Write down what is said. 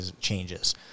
changes